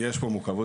יש פה מורכבות,